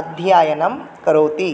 अध्ययनं करोति